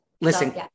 Listen